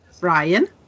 Ryan